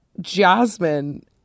Jasmine